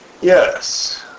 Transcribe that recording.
Yes